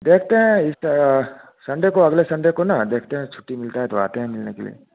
देखते है इस सन्डे को अगले सन्डे को ना देखते है छुट्टी मिलता है तो आते है मिलने के लिए